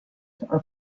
are